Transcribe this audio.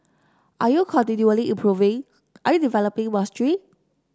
are you continually improving are you developing mastery